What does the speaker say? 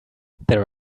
there